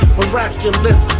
Miraculous